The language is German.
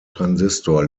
transistor